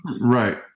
Right